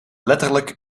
letterlijk